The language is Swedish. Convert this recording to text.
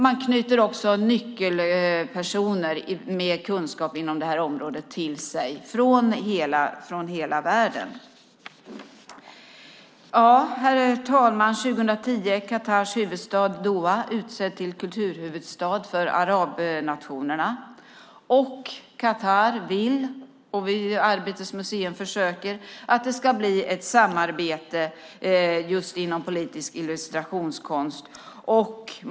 Man knyter också nyckelpersoner inom det här området med kunskap till sig från hela världen. Herr talman! År 2010 är Qatars huvudstad Doha utsedd till kulturhuvudstad för arabnationerna. Qatar vill och Arbetets museum försöker att det ska bli ett samarbete just inom politisk illustrationskonst.